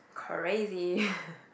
crazy